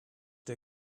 der